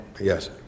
Yes